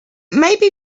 maybe